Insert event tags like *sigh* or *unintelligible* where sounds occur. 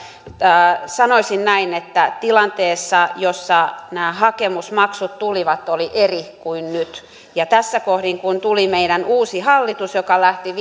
sanoisin näin että tilanne jossa nämä hakemusmaksut tulivat oli eri kuin nyt ja tässä kohdin kun tuli meidän uusi hallitus joka lähti *unintelligible*